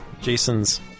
Jason's